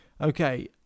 Okay